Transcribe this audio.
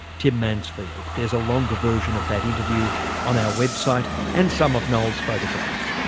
tim mansfield. there's a longer version of that interview on our website and some of noel's photographs.